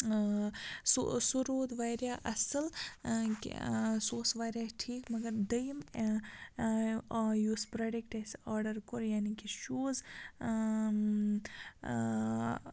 سُہ سُہ روٗد واریاہ اَصٕل کہِ سُہ اوس واریاہ ٹھیٖک مگر دٔیِم یُس پرٛوڈَکٹ اَسہِ آرڈَر کوٚر یعنی کہِ شوٗز